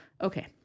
Okay